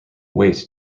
wait